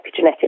epigenetic